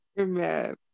Amen